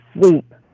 sleep